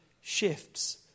shifts